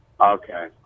Okay